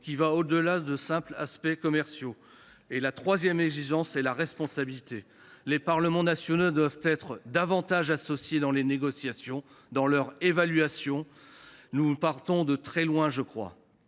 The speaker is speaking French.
qui va au delà de simples aspects commerciaux. Et la troisième exigence est la responsabilité. Les parlements nationaux doivent être davantage associés dans les négociations et dans leurs évaluations. Nous partons, je le crois,